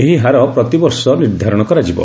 ଏହି ହାର ପ୍ରତିବର୍ଷ ନିର୍ଦ୍ଧାରଣ କରାଯିବ